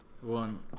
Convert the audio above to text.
One